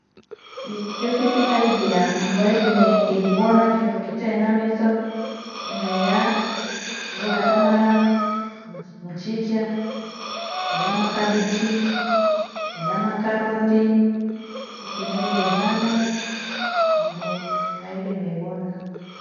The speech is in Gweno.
Fijo fichisadia mndu airime ivona kindo kichaa ena metho nimaiya, mbogha ta tamara, mchicha, woya makabichi, woya makaroti ichithaidia sana mndu airime ivona